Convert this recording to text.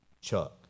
Chuck